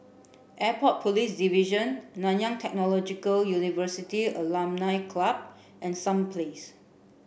Airport Police Division Nanyang Technological University Alumni Club and Sum Place